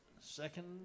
second